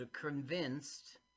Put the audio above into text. convinced